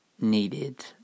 needed